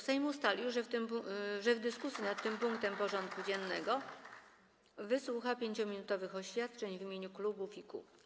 Sejm ustalił, że w dyskusji nad tym punktem porządku dziennego wysłucha 5-minutowych oświadczeń w imieniu klubów i kół.